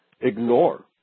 ignore